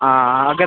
हां ते